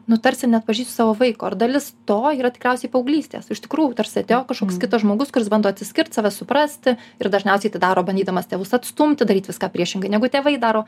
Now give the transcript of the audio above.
nu tarsi neatpažįstu savo vaiko ir dalis to yra tikriausiai paauglystės iš tikrųjų tarsi atėjo kažkoks kitas žmogus kuris bando atsiskirt save suprasti ir dažniausiai tai daro bandydamas tėvus atstumti daryt viską priešingai negu tėvai daro